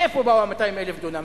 מאיפה באו ה-200,000 דונם?